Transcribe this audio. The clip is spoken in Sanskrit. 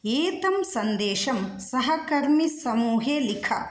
एतं सन्देशं सहकर्मिसमूहे लिख